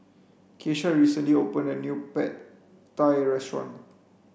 Keisha recently opened a new Pad Thai restaurant